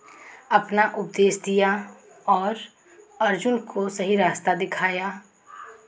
अपना उपदेश दिया और अर्जुन को सही रास्ता दिखाया